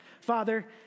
Father